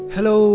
Hello